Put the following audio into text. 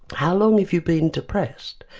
how long have you been depressed.